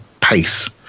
pace